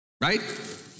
Right